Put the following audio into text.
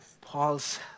Paul's